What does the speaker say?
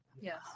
Yes